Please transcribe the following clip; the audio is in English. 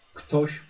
ktoś